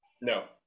No